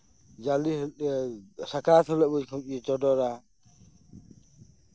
ᱡᱟᱞᱮ ᱦᱤᱞᱳᱜ ᱥᱟᱠᱨᱟᱛ ᱦᱤᱞᱳᱜ ᱠᱚ ᱪᱚᱰᱚᱨᱟ